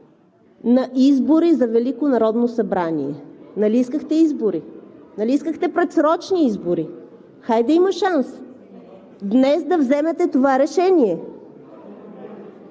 на избори за Велико народно събрание. Нали искахте избори?! Нали искахте предсрочни избори?! Хайде, има шанс днес да вземете това решение.